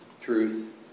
truth